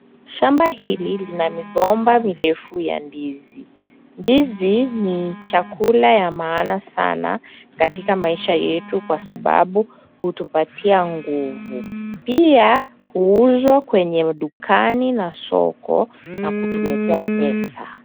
Shamba hili lina migomba mirefu ya ndizi. Ndizi ni chakula ya maana sana katika maisja yetu kwa sababu hutyletea nguvu. Pia huuzwa kwenye dukani na sokoni na kutuletea pesa.